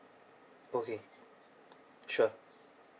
okay sure